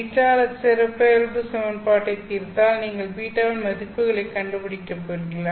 β அல்லது சிறப்பியல்பு சமன்பாட்டைத் தீர்த்தால் நீங்கள் β வின் மதிப்புகளைக் கண்டுபிடிக்கப் போகிறீர்கள்